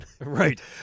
Right